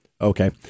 Okay